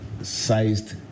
sized